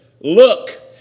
Look